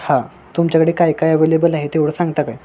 हा तुमच्याकडे काय काय अव्हेलेबल आहे तेवढं सांगता काय